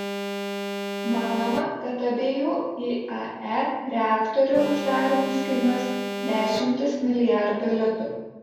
manoma kad abiejų iae reaktorių uždarymas kainuos dešimtis milijardų litų